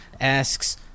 asks